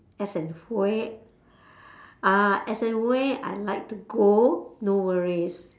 as and where ah as and where I like to go no worries